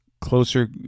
closer